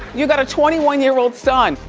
you got a twenty one year old son.